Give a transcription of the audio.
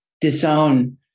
disown